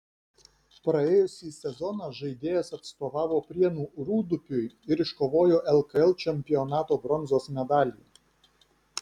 praėjusį sezoną žaidėjas atstovavo prienų rūdupiui ir iškovojo lkl čempionato bronzos medalį